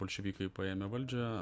bolševikai paėmė valdžią